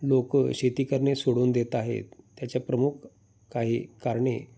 लोक शेती करणे सोडून देत आहेत त्याचे प्रमुख काही कारणे